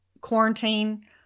quarantine